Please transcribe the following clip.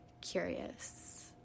curious